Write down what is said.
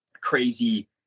crazy